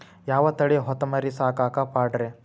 ಯಾವ ತಳಿ ಹೊತಮರಿ ಸಾಕಾಕ ಪಾಡ್ರೇ?